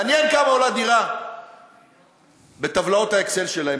מעניין כמה עולה דירה בטבלאות ה"אקסל" שלהם,